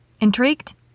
Intrigued